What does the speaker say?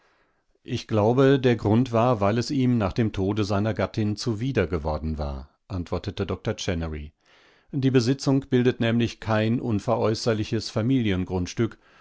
ich glaube der grund war weil es ihm nach dem tode seiner gattin zuwider geworden war antwortete doktor chennery die besitzung bildet nämlich kein unveräußerliches